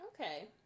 Okay